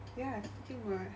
ya fucking weird